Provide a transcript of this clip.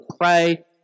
pray